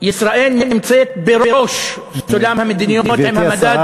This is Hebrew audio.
ישראל נמצאת בראש סולם המדינות עם המדד,